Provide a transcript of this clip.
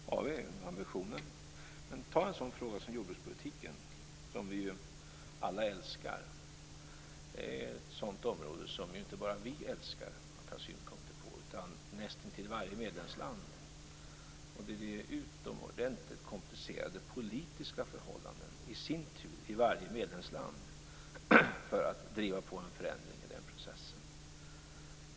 Fru talman! Ja, det är ambitionen. Men ta en sådan fråga som jordbrukspolitiken, som vi ju alla älskar. Det är ett sådant område som inte bara vi utan nästintill varje medlemsland älskar att ha synpunkter på. Det är i sin tur utomordentligt komplicerade politiska förhållanden i varje medlemsland när det gäller att driva på en förändring i den processen.